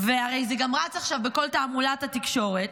וזה הרי רץ עכשיו בכל תעמולת התקשורת,